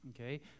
Okay